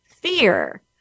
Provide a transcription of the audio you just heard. fear